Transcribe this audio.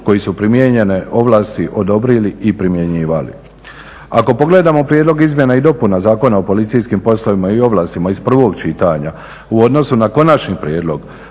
koji su primijenjene ovlasti odobrili i primjenjivali. Ako pogledamo prijedlog izmjena i dopuna Zakona o policijskim poslovima i ovlastima iz prvog čitanja u odnosu na konačni prijedlog